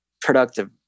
productive